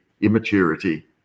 immaturity